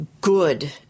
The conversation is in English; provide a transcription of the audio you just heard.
good